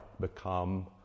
become